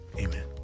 amen